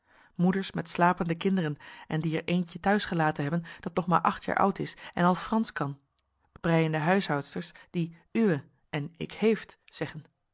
moeders met slapende kinderen en die er eentje t'huis gelaten hebben dat nog maar acht jaar oud is en al fransch kan breiende huishoudsters die uwé en ik heeft zeggen